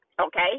okay